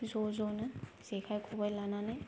ज' ज'नो जेखाय खबाइ लानानै